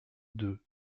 deux